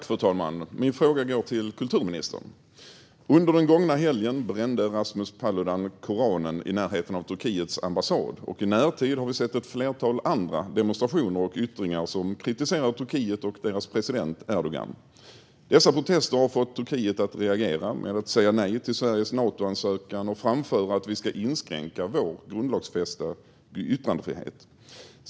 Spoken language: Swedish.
Fru talman! Min fråga går till kulturministern. Under den gångna helgen brände Rasmus Paludan Koranen i närheten av Turkiets ambassad, och i närtid har vi sett ett flertal andra demonstrationer och yttringar som kritiserar Turkiet och landets president Erdogan. Dessa protester har fått Turkiet att reagera med att säga nej till Sveriges Natoansökan och framföra att vi ska inskränka vår grundlagsfästa yttrandefrihet.